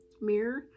mirror